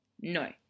No